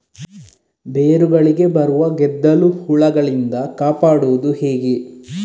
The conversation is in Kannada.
ಬೇರುಗಳಿಗೆ ಬರುವ ಗೆದ್ದಲು ಹುಳಗಳಿಂದ ಕಾಪಾಡುವುದು ಹೇಗೆ?